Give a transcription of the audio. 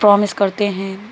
promise کرتے ہیں